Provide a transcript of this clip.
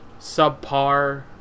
subpar